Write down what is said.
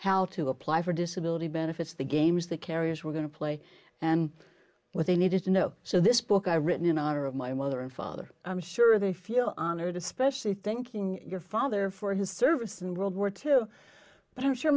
how to apply for disability benefits the games the carriers were going to play and what they needed to know so this book i've written in honor of my mother and father i'm sure they feel honored especially thinking your father for his service in world war two but i'm sure